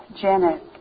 Janet